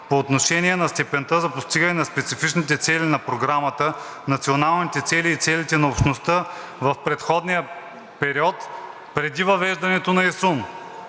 по отношение на степента за постигане на специфичните цели на Програмата, националните цели и целите на Общността в предходния период, преди въвеждането на ИСУН.